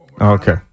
Okay